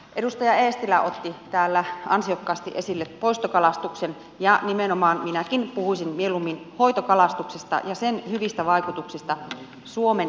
edustaja eestilä otti täällä ansiokkaasti esille poistokalastuksen ja nimenomaan minäkin puhuisin mieluummin hoitokalastuksesta ja sen hyvistä vaikutuksista suomen vesistöihin